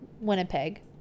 Winnipeg